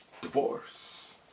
Divorce